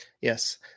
Yes